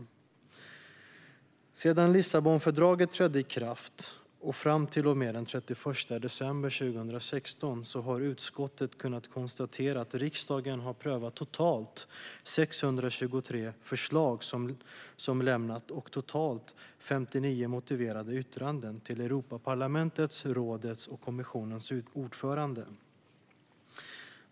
Utskottet har kunnat konstatera att riksdagen, sedan Lissabonfördraget trädde i kraft och fram till och med den 31 december 2016, har prövat totalt 623 förslag och lämnat totalt 59 motiverade yttranden till Europaparlamentets, rådets och kommissionens ordförande.